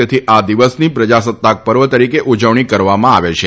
તેથી આ દિવસની પ્રજાસત્તાક પર્વ તરીકે ઉજવણી કરવામાં આવે છે